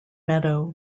meadow